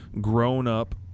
grown-up